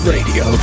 Radio